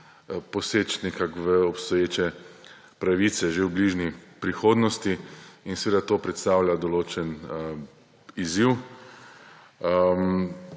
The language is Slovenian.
poseči nekako v že obstoječe pravice že v bližnji prihodnosti. In to seveda predstavlja določen izziv.